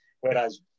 Whereas